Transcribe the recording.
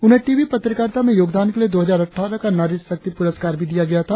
उन्हे टीवी पत्रकारिता में योगदान के लिए दो हजार अट्ठारह का नारी शक्ति पुरस्कार भी दिया गया था